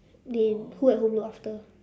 they who at home look after